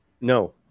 No